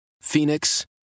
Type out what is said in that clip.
Phoenix